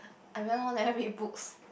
I very long never read books